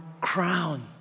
crown